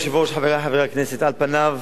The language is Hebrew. אדוני היושב-ראש, חברי חברי הכנסת, על פניו,